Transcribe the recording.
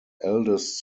eldest